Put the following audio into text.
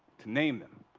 to name them,